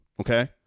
Okay